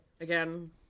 Again